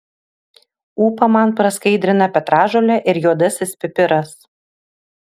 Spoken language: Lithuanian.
ūpą man praskaidrina petražolė ir juodasis pipiras